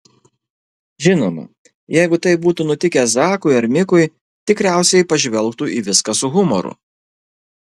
žinoma jeigu taip būtų nutikę zakui ar mikui tikriausiai pažvelgtų į viską su humoru